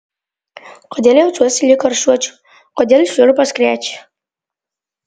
kodėl jaučiuosi lyg karščiuočiau kodėl šiurpas krečia